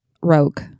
rogue